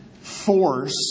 force